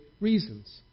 reasons